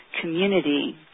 community